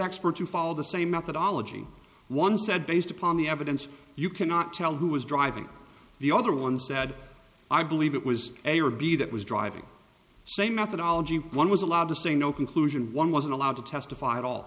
experts who follow the same methodology one said based upon the evidence you cannot tell who was driving the other one said i believe it was a or b that was driving same methodology one was allowed to say no conclusion one wasn't allowed to testify at all